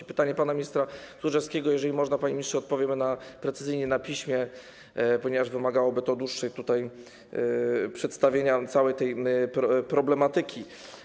Na pytanie pana ministra Tchórzewskiego, jeżeli można, panie ministrze, odpowiemy precyzyjnie na piśmie, ponieważ wymagałoby to dłuższego przedstawienia całej tej problematyki.